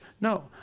no